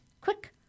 Quick